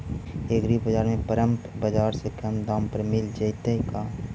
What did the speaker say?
एग्रीबाजार में परमप बाजार से कम दाम पर मिल जैतै का?